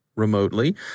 remotely